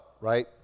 right